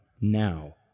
now